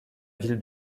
ville